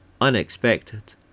unexpected